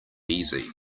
easy